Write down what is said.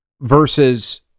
versus